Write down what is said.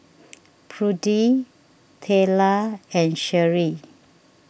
Prudie Tayla and Sheri